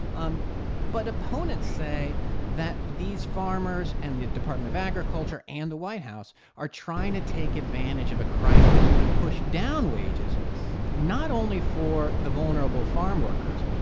um but opponents say that these farmers and the department of agriculture and the white house are trying to take advantage of a crisis to push down wages not only for the vulnerable farm workers,